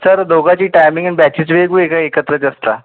sir दोघाची timing अन् batches वेगवेगळे एकत्रच असतात